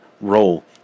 role